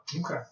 Okay